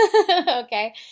Okay